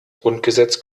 grundgesetz